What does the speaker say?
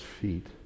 feet